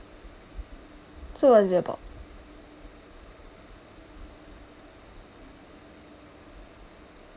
so what is it about